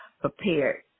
prepared